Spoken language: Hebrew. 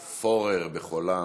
פורר, בחולם.